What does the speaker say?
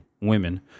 women